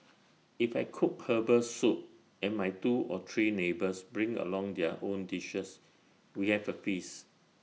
if I cook Herbal Soup and my two or three neighbours bring along their own dishes we have A feast